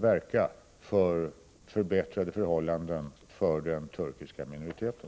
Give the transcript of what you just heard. verka för förbättrade förhållanden för den turkiska minoriteten.